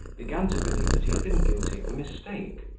began to believe that he had been guilty of a mistake,